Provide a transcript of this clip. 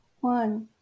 one